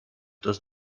does